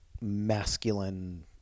masculine